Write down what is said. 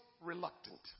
reluctant